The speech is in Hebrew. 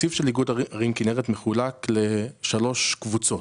התקציב של איגוד ערים כנרת מחולק לשלוש קבוצות.